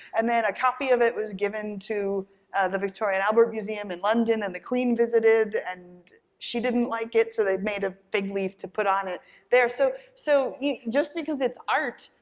and then a copy of it was given to the victorian albert museum in london and the queen visited and she didn't like it so they made a fig leaf to put on it there. so, just you know just because it's art,